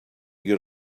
get